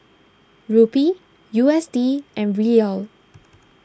Rupee U S D and Riyal